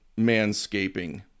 manscaping